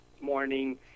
morning